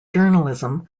journalism